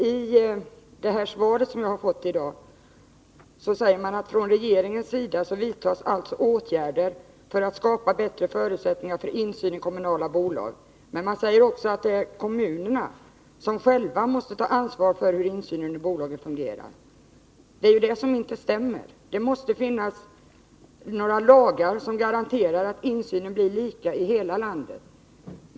I det svar som jag har fått i dag sägs: ”Från regeringens sida vidtas alltså åtgärder för att skapa bättre förutsättningar för insyn i de kommunala bolagen.” Men det sägs också: ”Kommunerna måste dock själva ta ansvar för hur insynen i bolagen fungerar.” Det stämmer inte; det måste finnas några lagar som garanterar att insynen blir lika i hela landet.